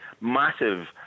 massive